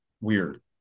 weird